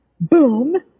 boom